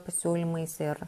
pasiūlymais ir